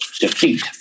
defeat